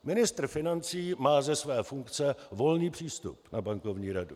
Ministr financí má ze své funkce volný přístup na bankovní radu.